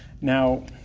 now